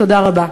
תודה רבה.